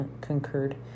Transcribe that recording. concurred